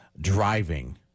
driving